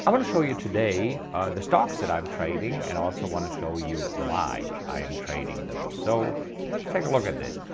i'm gonna show you today the stocks that i'm trading and also want to show you why i am trading those so let's take a look at this